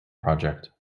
project